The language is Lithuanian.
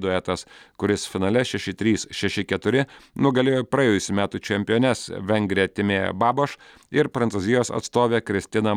duetas kuris finale šeši trys šeši keturi nugalėjo praėjusių metų čempiones vengrę timi babaš ir prancūzijos atstovę kristiną